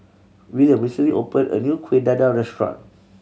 Wiliam recently opened a new Kuih Dadar restaurant